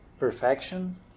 Perfection